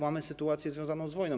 Mamy sytuację związaną z wojną.